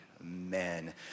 amen